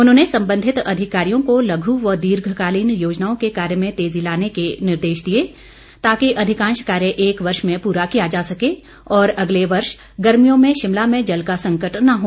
उन्होंने संबंधित अधिकारियों को लघू व दीर्घकालीन योजनाओं के कार्य में तेजी लाने के निर्देश दिए ताकि अधिकांश कार्य एक वर्ष में पूरा किया जा सके और अगले साल गर्भियों में शिमला में जल का संकट न हो